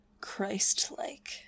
Christ-like